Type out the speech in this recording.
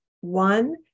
one